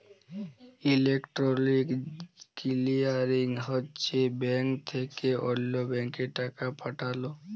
electronic clearing হছে bank থ্যাকে অল্য ব্যাংকে টাকা পাঠাল